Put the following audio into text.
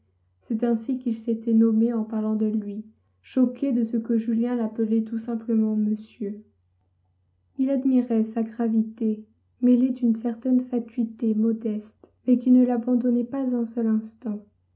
c'est ainsi qu'il s'était nommé en parlant de lui choqué de ce que julien l'appelait tout simplement monsieur il admirait sa gravité mêlée d'une certaine fatuité modeste mais qui ne l'abandonnait pas un seul instant